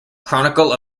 chronicle